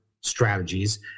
strategies